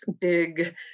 big